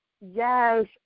Yes